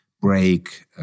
break